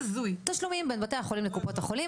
בעניין תשלומים בין בתי החולים לקופות החולים